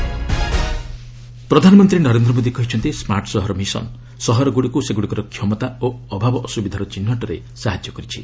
PM smart city ପ୍ରଧାନମନ୍ତ୍ରୀ ନରେନ୍ଦ୍ର ମୋଦି କହିଛନ୍ତି smart ସହର ମିଶନ ସହରଗୁଡ଼ିକୁ ସେଗୁଡିକର କ୍ଷମତା ଓ ଅଭାବ ଅସୁବିଧାର ଚିହ୍ନଟରେ ସାହାଯ୍ୟ କରିଛି